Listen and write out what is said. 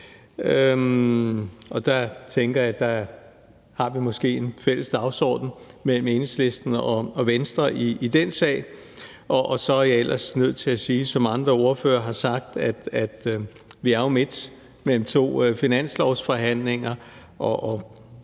og der tænker jeg, at Enhedslisten og Venstre måske har en fælles dagsorden i denne sag. Så er jeg ellers nødt til at sige, som andre ordførere har sagt, at vi jo er midt mellem to finanslovsforhandlinger,